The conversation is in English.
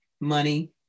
money